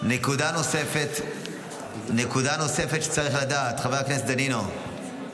נקודה נוספת שצריך לדעת, חבר הכנסת דנינו,